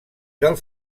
del